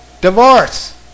Divorce